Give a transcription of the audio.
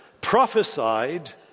prophesied